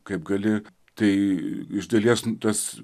kaip gali tai iš dalies tas